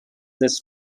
this